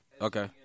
Okay